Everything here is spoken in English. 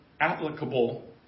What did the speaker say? applicable